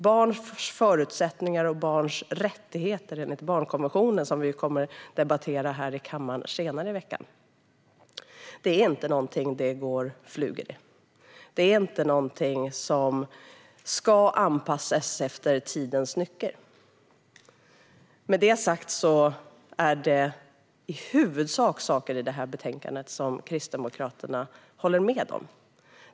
Barns förutsättningar och barns rättigheter enligt barnkonventionen, som vi kommer att debattera här i kammaren senare i veckan, är inte någonting som är en fluga. Det är inte någonting som ska anpassas efter tidens nycker. Med det sagt är det i huvudsak saker i betänkandet som Kristdemokraterna håller med om.